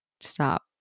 Stop